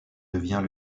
devient